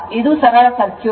ಇದು ಸರಳ ಸರ್ಕ್ಯೂಟ್